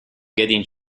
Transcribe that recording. getting